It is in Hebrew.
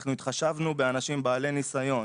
אנחנו התחשבנו באנשים בעלי ניסיון,